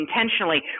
intentionally